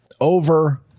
Over